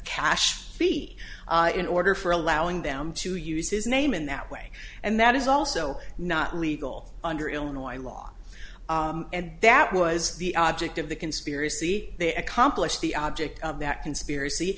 be in order for allowing them to use his name in that way and that is also not legal under illinois law and that was the object of the conspiracy they accomplish the object of that conspiracy